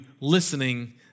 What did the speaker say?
listening